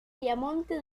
piamonte